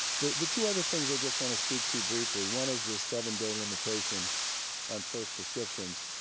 the the two other things i just want to speak to briefly one is the seven-day limitation on first prescriptions.